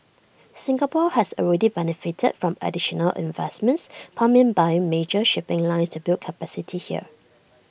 Singapore has already benefited from additional investments pumped in by major shipping lines to build capacity here